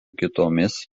kitomis